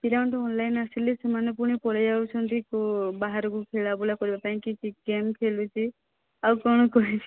ପିଲାମାନେ ତ ଅନ୍ଲାଇନ୍ ଆସିଲେ ସେମାନେ ପୁଣି ପଳାଇ ଯାଉଛନ୍ତି କୋ ବାହାରକୁ ଖେଳା ବୁଲା କରିବା ପାଇଁ କିଏ କ୍ରିକେଟ ଖେଳୁଛି ଆଉ କ'ଣ କହିବି